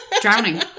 Drowning